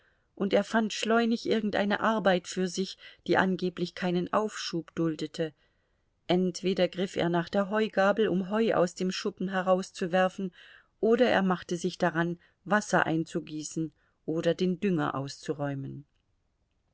und er fand schleunig irgendeine arbeit für sich die angeblich keinen aufschub duldete entweder griff er nach der heugabel um heu aus dem schuppen herauszuwerfen oder er machte sich daran wasser einzugießen oder den dünger auszuräumen